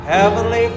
Heavenly